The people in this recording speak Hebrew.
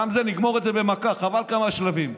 נגמור את זה במכה, חבל בכמה שלבים.